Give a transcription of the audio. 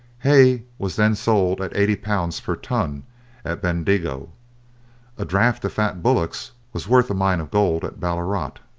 hay was then sold at eighty pounds per ton at bendigo a draft of fat bullocks was worth a mine of gold at ballarat,